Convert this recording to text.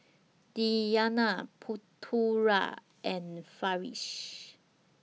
Diyana Putera and Farish